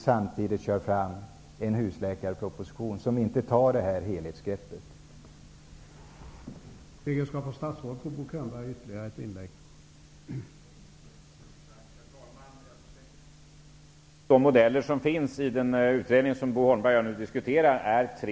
Samtidigt kör man fram en husläkarproposition där helhetsgreppet saknas.